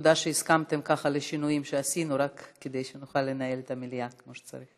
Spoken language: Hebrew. תודה שהסכמתם לשינויים שעשינו רק כדי שנוכל לנהל את המליאה כמו שצריך.